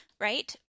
right